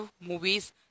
movies